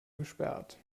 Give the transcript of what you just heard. gesperrt